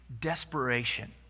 desperation